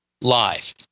live